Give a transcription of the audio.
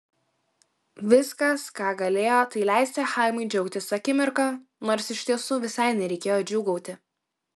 viskas ką galėjo tai leisti chaimui džiaugtis akimirka nors iš tiesų visai nereikėjo džiūgauti